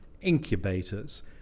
incubators